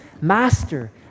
Master